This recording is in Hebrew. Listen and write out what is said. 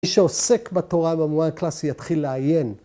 ‫מי שעוסק בתורה ‫במובן הקלאסי יתחיל לעיין.